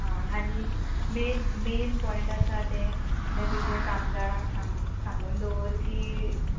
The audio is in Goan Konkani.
आं आनी मेन मेन पॉयंट आसा तें तें तुजें कामदाराक सांग सांगून दवर की